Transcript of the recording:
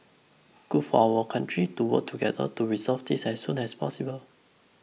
good for our country to work together to resolve this as soon as possible